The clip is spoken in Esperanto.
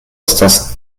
estas